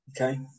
okay